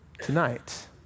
tonight